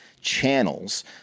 Channels